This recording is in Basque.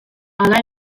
hala